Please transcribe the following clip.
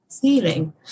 feeling